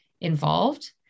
involved